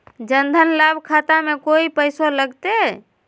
जन धन लाभ खाता में कोइ पैसों लगते?